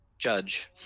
Judge